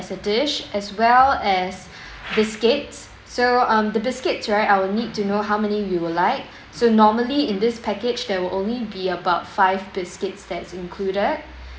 as a dish as well as brisket so um the brisket right I will need to know how many you will like so normally in this package there will only be about five brisket that's included